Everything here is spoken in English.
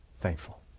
thankful